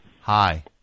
Hi